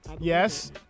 Yes